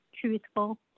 truthful